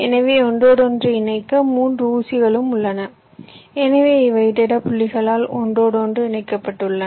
எனவே ஒன்றோடொன்று இணைக்க 3 ஊசிகளும் உள்ளன எனவே இவை திட புள்ளிகளால் ஒன்றோடொன்று இணைக்கப்படுகின்றன